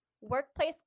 workplace